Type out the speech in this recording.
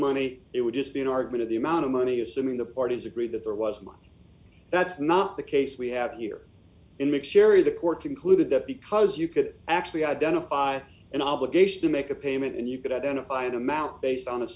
money it would just be an argument of the amount of money assuming the parties agree that there was money that's not the case we have here in mcsherry the court concluded that because you could actually identify an obligation to make a payment and you could identify them out based on a